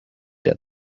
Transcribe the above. der